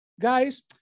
guys